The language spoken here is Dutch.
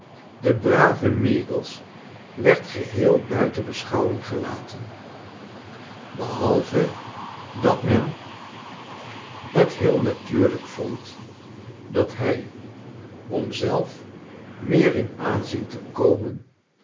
de brave meagles werd geheel buiten beschouwing gelaten behalve dat men het heel natuurlijk vond dat hij om zelf meer in aanzien te komen